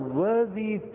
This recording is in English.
worthy